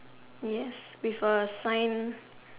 yes with a sign